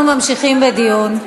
אנחנו ממשיכים בדיון.